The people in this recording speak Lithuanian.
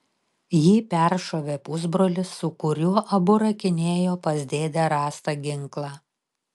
jį peršovė pusbrolis su kuriuo abu rakinėjo pas dėdę rastą ginklą